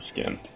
skin